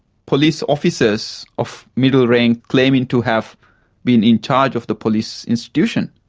police officers of middle rank claiming to have been in charge of the police institution